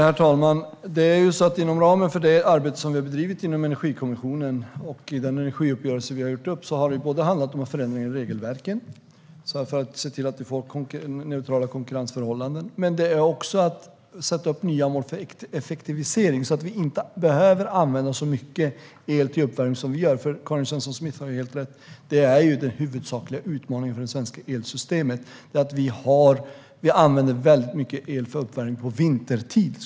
Herr talman! Inom ramen för det arbete som har bedrivits inom Energikommissionen och för energiuppgörelsen har det varit fråga om förändringar i regelverken för att få neutrala konkurrensförhållanden. Vidare har det varit fråga om att sätta upp nya mål för effektivisering så att vi inte behöver använda så mycket el till uppvärmning. Karin Svensson Smith har helt rätt i att den huvudsakliga utmaningen för det svenska elsystemet är att mycket el används för uppvärmning vintertid.